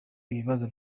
ibibazo